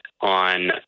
on